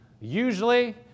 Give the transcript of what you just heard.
usually